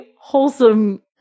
wholesome